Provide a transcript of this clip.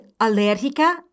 alérgica